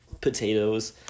potatoes